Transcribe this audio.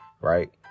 right